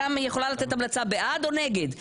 היא יכולה לתת המלצה בעד או נגד.